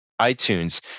iTunes